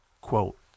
Quote